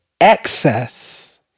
excess